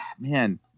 man